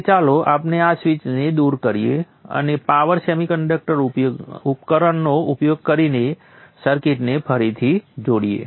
હવે ચાલો આપણે આ સ્વીચને દૂર કરીએ અને આ પાવર સેમીકન્ડક્ટર ઉપકરણોનો ઉપયોગ કરીને સર્કિટને ફરીથી જોડીએ